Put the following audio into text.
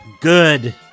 good